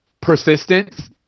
persistence